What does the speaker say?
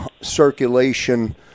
circulation